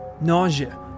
nausea